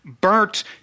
burnt